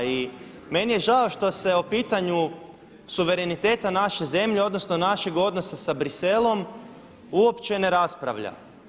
I meni je žao što se o pitanju suvereniteta naše zemlje odnosno našeg odnosa sa Bruxellesom uopće ne raspravlja.